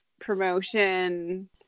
promotion